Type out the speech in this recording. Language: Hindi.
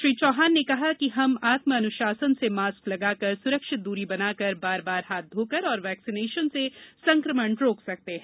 श्री चौहान ने कहा कि हम आत्म अन्शासन से मास्क लगाकर स्रक्षित दूरी बनाकर बार बार हाथ धोकर और वैक्सीनेशन से संक्रमण रोक सकते हैं